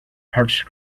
parched